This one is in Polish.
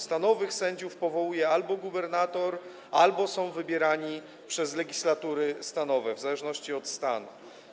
Stanowych sędziów albo powołuje gubernator, albo są oni wybierani przez legislatury stanowe, w zależności od stanu.